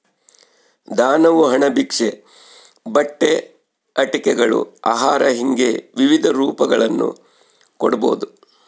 ದಾನವು ಹಣ ಭಿಕ್ಷೆ ಬಟ್ಟೆ ಆಟಿಕೆಗಳು ಆಹಾರ ಹಿಂಗೆ ವಿವಿಧ ರೂಪಗಳನ್ನು ಕೊಡ್ಬೋದು